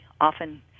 often